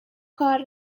کار